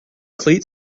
cleat